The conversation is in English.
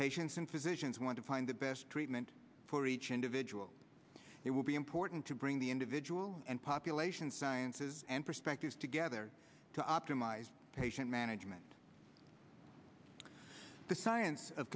patients and physicians want to find the best treatment for each individual it will be important to bring the individual and population sciences and perspectives together to optimize patient management the science of